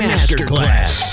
Masterclass